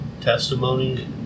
testimony